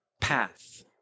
path